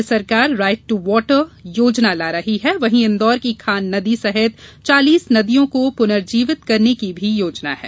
राज्य सरकार right to water योजना ला रही है वहीं इन्दौर की खान नदी सहित चालीस नदियों को पुनर्जीवित करने की भी योजना है